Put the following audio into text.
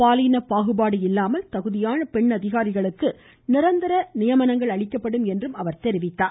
பாலின பாகுபாடு இல்லாமல் தகுதியான பெண் அதிகாரிகளுக்கு நிரந்தர நியமனங்கள் அளிக்கப்படும் என்று கூறினார்